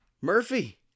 Murphy